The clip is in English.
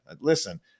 Listen